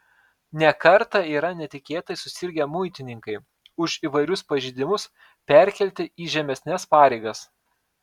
ne kartą yra netikėtai susirgę muitininkai už įvairius pažeidimus perkelti į žemesnes pareigas